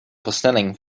versnelling